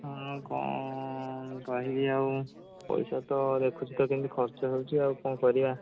ହଁ କ'ଣ କହିବି ଆଉ ପଇସା ତ ଦେଖୁଛୁ କେମିତି ଖର୍ଚ୍ଚ ହେଉଛି ଆଉ କ'ଣ କରିବା